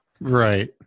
Right